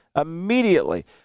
immediately